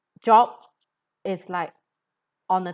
job is like on the